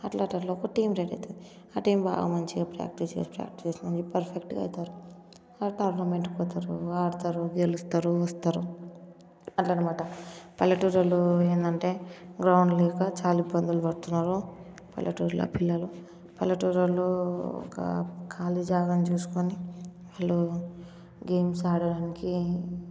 అట్లా అట్లా ఒక టీం రెడీ అవుతుంది అట్టా ఆ టీం మంచిగా బాగా ప్రాక్టీస్ చేసి ప్రాక్టీస్ చేసి పర్ఫెక్ట్గా అవుతారు అట్లా టోర్నమెంట్కి వెళ్తారు ఆడతారు గెలుస్తారు వస్తారు అట్లా అనమాట పల్లెటూరోళ్ళు ఏమంటే గ్రౌండ్ లేక చాలా ఇబ్బంది పడుతున్నారు పల్లెటూరు పిల్లలు పల్లెటూరోళ్ళు ఒక ఖాళీ జాగాన్ని చూసుకొని వాళ్ళు గేమ్స్ ఆడటానికి